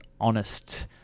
honest